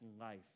life